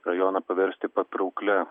rajoną paversti patrauklia